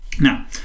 Now